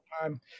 time